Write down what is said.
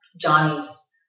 Johnny's